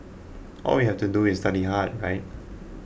all we have to do is study hard right